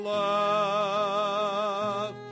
love